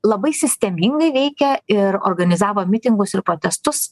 labai sistemingai veikė ir organizavo mitingus ir protestus